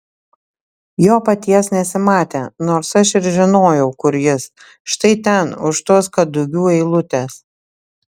jo paties nesimatė nors aš ir žinojau kur jis štai ten už tos kadugių eilutės